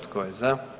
Tko je za?